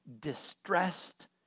distressed